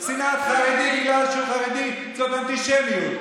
שנאת חרדי בגלל שהוא חרדי זאת אנטישמיות.